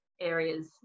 areas